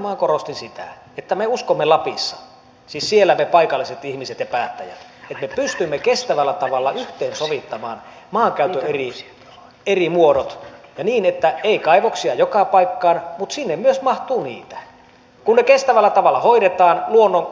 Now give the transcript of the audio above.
nimenomaan korostin sitä että me uskomme lapissa siis siellä me paikalliset ihmiset ja päättäjät että me pystymme kestävällä tavalla yhteensovittamaan maankäytön eri muodot ja niin että ei kaivoksia joka paikkaan mutta sinne mahtuu myös niitä kun ne